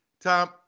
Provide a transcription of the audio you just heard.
Tom